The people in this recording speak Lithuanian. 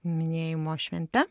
minėjimo švente